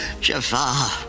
Jafar